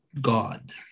God